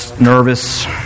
nervous